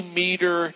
meter